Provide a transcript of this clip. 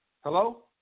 Hello